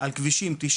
על כבישים 90,